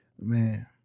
Man